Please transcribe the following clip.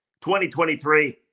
2023